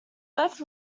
both